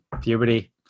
puberty